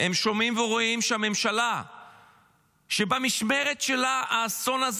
הם שומעים ורואים שהממשלה שבמשמרת שלה האסון הזה